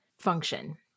function